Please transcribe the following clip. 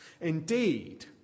Indeed